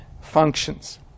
functions